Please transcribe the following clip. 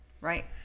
right